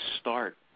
start